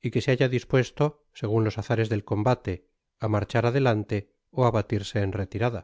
y que se halla dispuesto segun los azares del combate á marcbar adelante ó á batirse en retirada